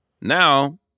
Now